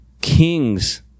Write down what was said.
Kings